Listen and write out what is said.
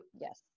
yes